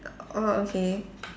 orh okay